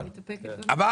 אבל תפוקת הניקוטין שונה.